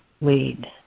lead